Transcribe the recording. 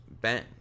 Ben